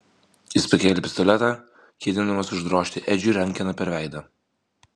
jis pakėlė pistoletą ketindamas uždrožti edžiui rankena per veidą